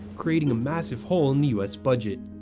creating a massive hole in the us budget.